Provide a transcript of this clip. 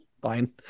fine